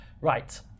Right